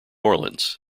orleans